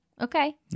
Okay